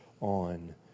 on